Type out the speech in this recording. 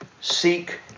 seek